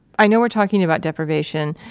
i know we're talking about deprivation,